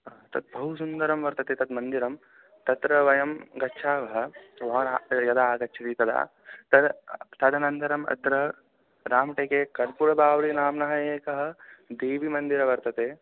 तत् बहु सुन्दरं वर्तते तत् मन्दिरं तत्र वयं गच्छावः महान् आ यदा आगच्छति तदा तद् तदनन्तरम् अत्र रामटेके कर्पूरबावडि नाम्ना एकं देवीमन्दिरं वर्तते